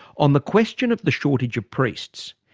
on the question of the shortage of priests,